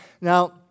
Now